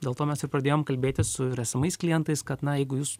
dėl to mes ir pradėjom kalbėtis su ir esamais klientais kad na jeigu jūs